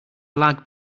lag